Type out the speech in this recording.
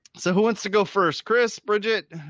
so who wants to go first? chris? bridget,